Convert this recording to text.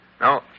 No